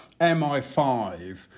mi5